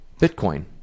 Bitcoin